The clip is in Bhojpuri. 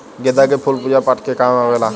गेंदा के फूल पूजा पाठ में काम आवेला